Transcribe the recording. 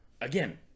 Again